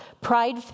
Pride